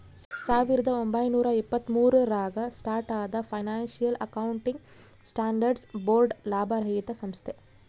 ಸಾವಿರದ ಒಂಬೈನೂರ ಎಪ್ಪತ್ತ್ಮೂರು ರಾಗ ಸ್ಟಾರ್ಟ್ ಆದ ಫೈನಾನ್ಸಿಯಲ್ ಅಕೌಂಟಿಂಗ್ ಸ್ಟ್ಯಾಂಡರ್ಡ್ಸ್ ಬೋರ್ಡ್ ಲಾಭರಹಿತ ಸಂಸ್ಥೆ